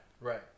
Right